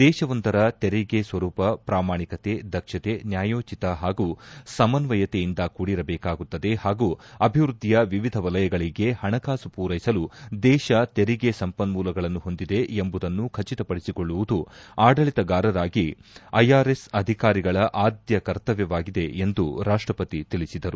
ದೇಶವೊಂದರ ತೆರಿಗೆ ಸ್ವರೂಪ ಪ್ರಾಮಾಣಿಕತೆ ದಕ್ಷತೆ ನ್ಲಾಯೋಚಿತ ಹಾಗೂ ಸಮನ್ನಯತೆಯಿಂದ ಕೂಡಿರಬೇಕಾಗುತ್ತದೆ ಹಾಗೂ ಅಭಿವೃದ್ದಿಯ ವಿವಿಧ ವಲಯಗಳಿಗೆ ಹಣಕಾಸು ಪೂರೈಸಲು ದೇಶ ತೆರಿಗೆ ಸಂಪನ್ನೂಲಗಳನ್ನು ಹೊಂದಿದೆ ಎಂಬುದನ್ನು ಖಚಿತಪಡಿಸಿಕೊಳ್ಳುವುದು ಆಡಳಿತಗಾರರಾಗಿ ಐಆರ್ಎಸ್ ಅಧಿಕಾರಿಗಳ ಆದ್ದ ಕರ್ತವ್ಯವಾಗಿದೆ ಎಂದು ರಾಷ್ಟಪತಿ ಹೇಳಿದರು